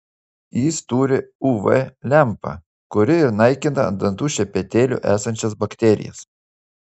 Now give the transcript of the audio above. jis turi uv lempą kuri ir naikina ant dantų šepetėlių esančias bakterijas